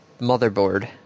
motherboard